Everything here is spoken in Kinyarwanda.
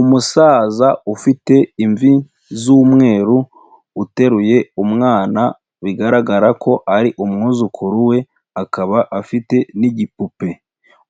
Umusaza ufite imvi z'umweru, uteruye umwana, bigaragara ko ari umwuzukuru we, akaba afite n'igipupe.